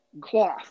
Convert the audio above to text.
Cloth